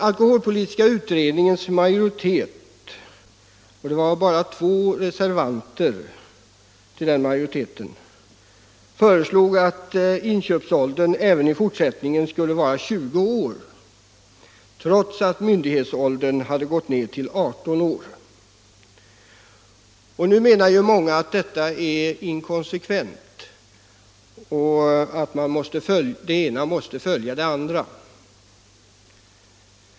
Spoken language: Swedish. Alkoholpolitiska utredningens majoritet — bara två av utredningens ledamöter har reserverat sig på denna punkt — har föreslagit att inköpsåldern även i fortsättningen skulle vara 20 år, trots att myndighetsåldern gått ned till 18 år. Många menar att detta är inkonsekvent; det ena måste följa det andra.